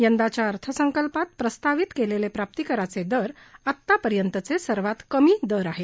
यंदाच्या अर्थसंकल्पात प्रस्तावित केलेले प्राप्तीकराचे दर आतापर्यंतचे सर्वात कमी दर आहेत